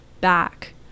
back